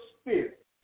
spirit